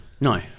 No